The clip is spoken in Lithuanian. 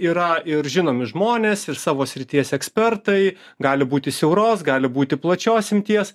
yra ir žinomi žmonės ir savo srities ekspertai gali būti siauros gali būti plačios imties